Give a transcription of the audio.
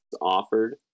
offered